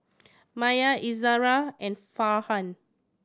Maya Izzara and Farhan